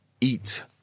eat